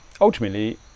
ultimately